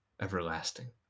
everlasting